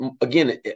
again